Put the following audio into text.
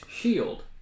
shield